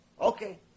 Okay